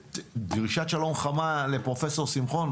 דרישת שלום חמה לפרופ' שמחון,